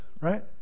right